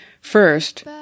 First